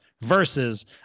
versus